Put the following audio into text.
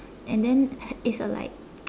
and then it's a like